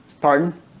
Pardon